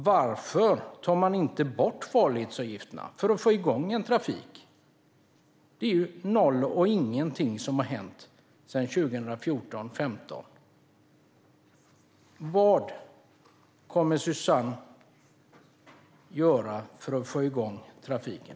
Varför tar man inte bort farledsavgifterna för att få igång en trafik? Det är noll och ingenting som har hänt sedan 2014/15. Vad kommer Suzanne att göra för att få igång trafiken?